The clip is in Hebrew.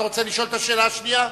אתה רוצה לשאול את השאלה השנייה?